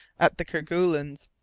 at the kerguelens.